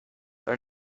are